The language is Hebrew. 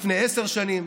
לפני עשר שנים,